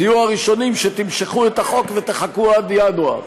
תהיו הראשונים שתמשכו את החוק ותחכו עד ינואר.